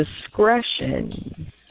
discretion